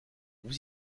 vous